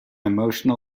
emotional